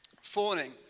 Fawning